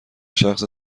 شخص